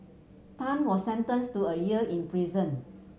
Tan was sentenced to a year in prison